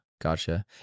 Gotcha